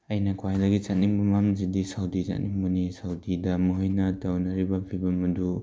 ꯑꯩꯅ ꯈ꯭ꯋꯥꯏꯗꯒꯤ ꯆꯠꯅꯤꯡꯕ ꯃꯐꯝꯁꯤꯗꯤ ꯁꯥꯎꯗꯤ ꯆꯠꯅꯤꯡꯕꯅꯤ ꯁꯥꯎꯗꯤꯗ ꯃꯈꯣꯏꯅ ꯇꯧꯅꯔꯤꯕ ꯐꯤꯕꯝ ꯑꯗꯨ